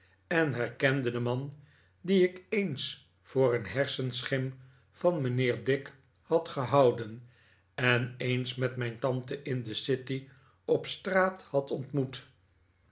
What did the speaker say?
en herkende den man dien ik eens voor een hersenschim van mynheer dick had gehouden en eens met mijn tante in de city op straat had ontmoet